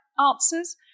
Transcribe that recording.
answers